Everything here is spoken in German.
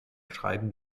schreiben